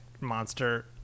monster